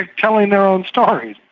ah telling their own stories.